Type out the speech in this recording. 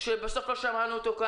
שלא שמענו אותו,